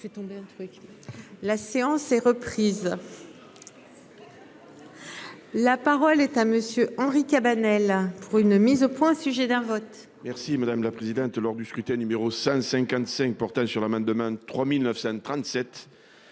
La séance est reprise. La parole est à monsieur Henri Cabanel pour une mise au point, au sujet d'un vote. Merci madame la présidente lors du scrutin numéro 155 portant sur la main demain 3937